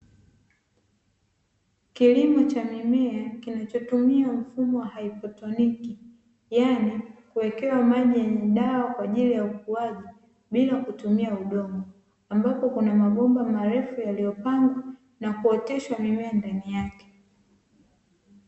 Kilimo cha mimea kinachotumia mfumo wa haidroponi, yaani kuwekewa maji yenye dawa kwa ajili ya ukuaji bila kutumia udongo, ambapo kuna mabomba marefu yaliyopangwa na kuoteshwa mimea ndani yake.